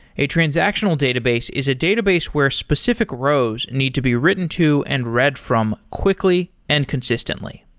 a transactional database is a database where specific rows need to be written to and read from quickly and consistently.